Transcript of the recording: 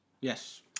yes